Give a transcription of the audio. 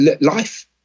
life